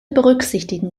berücksichtigen